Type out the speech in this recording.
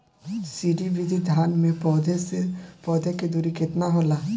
श्री विधि धान में पौधे से पौधे के दुरी केतना होला?